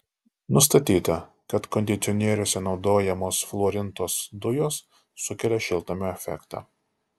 nustatyta kad kondicionieriuose naudojamos fluorintos dujos sukelia šiltnamio efektą